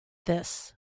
this